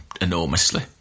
enormously